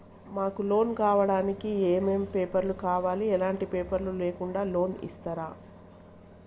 మాకు లోన్ కావడానికి ఏమేం పేపర్లు కావాలి ఎలాంటి పేపర్లు లేకుండా లోన్ ఇస్తరా?